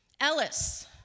Ellis